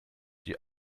die